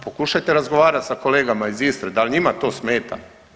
Pokušajte razgovarati s kolegama iz Istre da li njima to smeta?